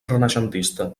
renaixentista